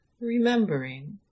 remembering